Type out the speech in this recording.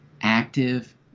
active